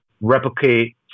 replicate